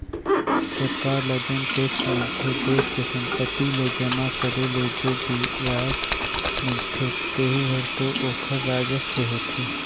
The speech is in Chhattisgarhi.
सरकार ल जेन टेक्स मिलथे देस के संपत्ति ल जमा करे ले जो बियाज मिलथें तेहू हर तो ओखर राजस्व होथे